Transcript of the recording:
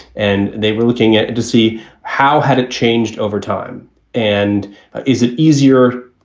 and they were looking at it to see how had it changed over time and is it easier?